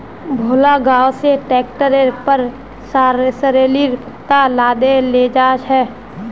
भोला गांव स ट्रैक्टरेर पर सॉरेलेर पत्ता लादे लेजा छ